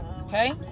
okay